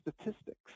statistics